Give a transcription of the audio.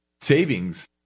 savings